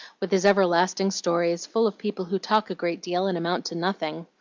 with his everlasting stories, full of people who talk a great deal and amount to nothing.